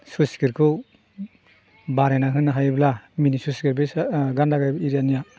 sluice गेटखौ बानायना होनो हायोब्ला बिनि स्लुइस गेट गान्दागाब एरियानिया